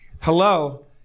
Hello